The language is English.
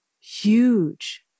huge